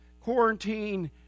quarantine